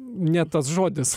ne tas žodis